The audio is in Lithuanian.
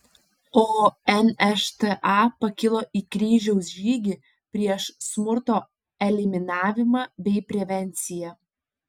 o nšta pakilo į kryžiaus žygį prieš smurto eliminavimą bei prevenciją